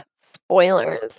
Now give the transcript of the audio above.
Spoilers